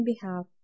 behalf